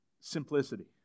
simplicity